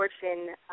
Fortune